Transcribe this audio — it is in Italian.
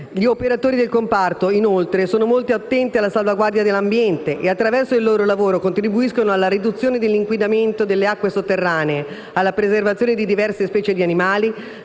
Gli operatori del comparto, inoltre, sono molto attenti alla salvaguardia dell'ambiente e, attraverso il loro lavoro, contribuiscono alla riduzione dell'inquinamento delle acque sotterranee, alla preservazione di diverse specie di animali,